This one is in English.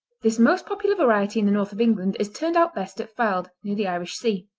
this most popular variety in the north of england is turned out best at fylde, near the irish sea.